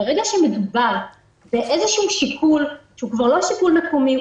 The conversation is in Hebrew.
כשמדובר באיזשהו שיקול שהוא לא שיקול מקומי,